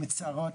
הן מצערות,